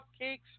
cupcakes